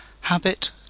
Habit